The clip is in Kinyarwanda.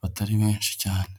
batari benshishi cyane.